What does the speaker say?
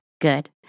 good